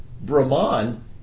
Brahman